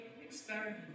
experiment